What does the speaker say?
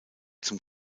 zum